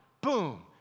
boom